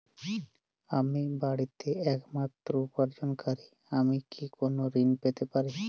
আমি বাড়িতে একমাত্র উপার্জনকারী আমি কি কোনো ঋণ পেতে পারি?